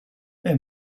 are